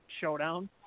showdown